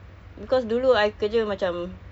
my god many of my friend pun macam gitu seh